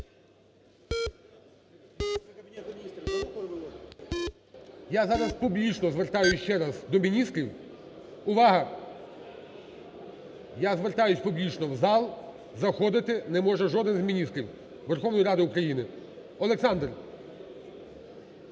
Я зараз публічно звертаюсь ще раз до міністрів. Увага! Я звертаюсь публічно в зал, заходити не може жоден з міністрів, Верховної Ради України. Олександр.